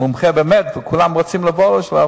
שהוא מומחה באמת וכולם רוצים לבוא אליו,